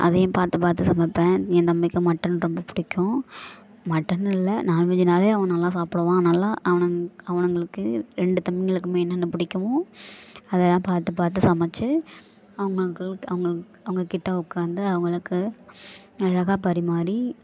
அதையும் பார்த்து பார்த்து சமைப்பேன் என் தம்பிக்கும் மட்டன் ரொம்ப பிடிக்கும் மட்டன் இல்லை நான்வெஜ்ஜுனாலே அவன் நல்லா சாப்பிடுவான் அதனால அவன் அவனுங்களுக்கு ரெண்டு தம்பிங்களுக்கும் என்னென்ன பிடிக்குமோ அதை பார்த்து பார்த்து சமைத்து அவங்களுக்கு அவங்களு அவங்ககிட்ட உட்காந்து அவங்களுக்கு அழகாக பரிமாறி